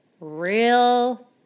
real